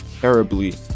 terribly